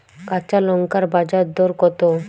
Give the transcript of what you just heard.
কাঁচা লঙ্কার বাজার দর কত?